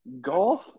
golf